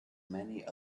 many